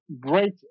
great